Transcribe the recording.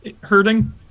hurting